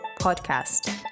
podcast